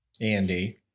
Andy